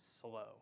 slow